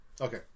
Okay